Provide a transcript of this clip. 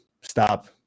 stop